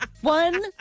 One